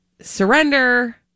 surrender